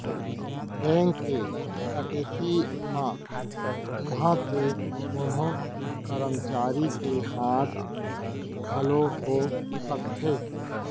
bank के डकैती म उहां के कोनो करमचारी के हाथ घलौ हो सकथे